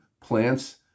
plants